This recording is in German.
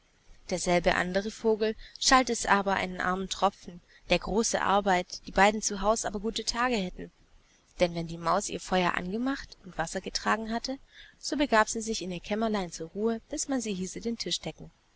derselbe andere vogel schalt es aber einen armen tropfen der große arbeit die beiden zu haus aber gute tage hätten denn wenn die maus ihr feuer angemacht und wasser getragen hatte so begab sie sich in ihr kämmerlein zur ruhe bis man sie hieße den tisch decken